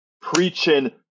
preaching